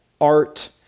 art